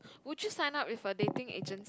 would you sign up with a dating agent